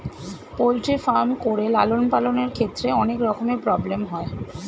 poultry farm করে লালন পালনের ক্ষেত্রে অনেক রকমের প্রব্লেম হয়